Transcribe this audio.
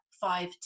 five